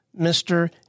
Mr